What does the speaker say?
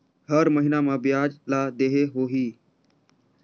हर महीना मा ब्याज ला देहे होही?